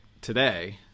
today